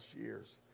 years